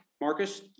marcus